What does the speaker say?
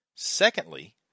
Secondly